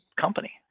company